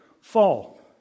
Fall